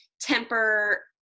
temper